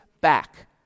back